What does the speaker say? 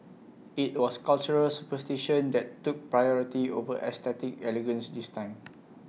IT was cultural superstition that took priority over aesthetic elegance this time